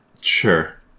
Sure